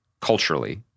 culturally